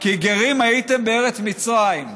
כי גרים הייתם בארץ מצרים".